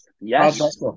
Yes